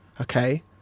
okay